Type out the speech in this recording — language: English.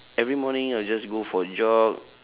every morning I will just go for a jog